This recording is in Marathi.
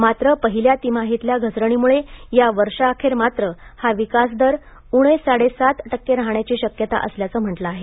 मात्र पहिल्या तिमाहीतल्या घसरणीमुळे या वर्षाअखेर मात्र हा विकास दर उणे साडेसात टक्के राहाण्याची शक्यता असल्याचं म्हटलं आहे